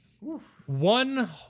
One